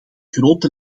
grote